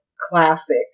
classic